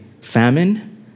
Famine